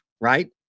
right